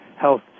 health